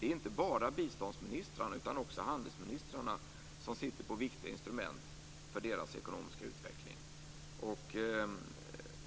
Det är inte bara biståndsministrarna utan också handelsministrarna som sitter på viktiga instrument för deras ekonomiska utveckling.